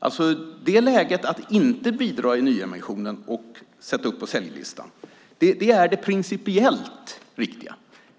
Att i det läget inte bidra till nyemissionen och sätta upp på säljlistan är det principiellt riktiga,